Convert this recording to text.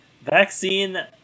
vaccine